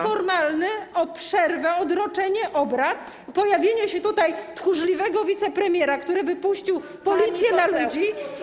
Wniosek formalny o przerwę, odroczenie obrad i pojawienie się tutaj tchórzliwego wicepremiera, który wypuścił policję na ludzi.